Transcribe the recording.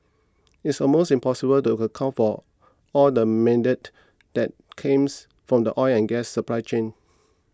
it's almost impossible to account for all the methane that came from the oil and gas supply chain